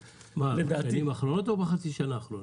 בשנים האחרונות או בחצי השנה האחרונה?